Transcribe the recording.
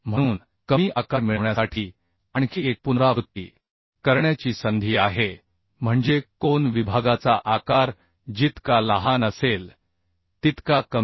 म्हणून कमी आकार मिळविण्यासाठी आणखी एक पुनरावृत्ती करण्याची संधी आहे म्हणजे कोन विभागाचा आकार जितका लहान असेल तितका कमी